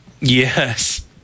Yes